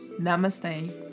Namaste